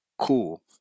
cool